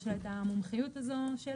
יש לה את המומחיות הזו שלה.